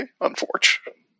unfortunately